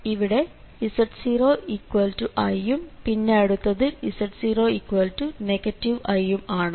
ഇവിടെ z0i യും പിന്നെ അടുത്തതിൽ z0 i യും ആണ്